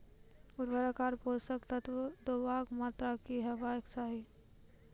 उर्वरक आर पोसक तत्व देवाक मात्राकी हेवाक चाही?